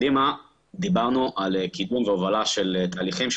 דיברנו על קידום והובלה של תהליכים,